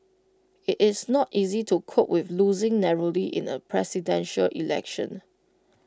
IT is not easy to cope with losing narrowly in A Presidential Election